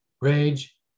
rage